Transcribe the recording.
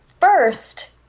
First